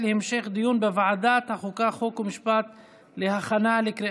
לוועדת החוקה, חוק ומשפט נתקבלה.